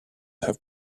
have